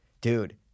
Dude